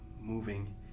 moving